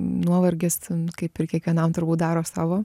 nuovargis kaip ir kiekvienam turbūt daro savo